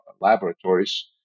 laboratories